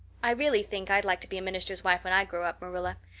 i really think i'd like to be a minister's wife when i grow up, marilla.